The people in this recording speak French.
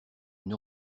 une